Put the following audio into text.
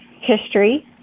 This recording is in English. history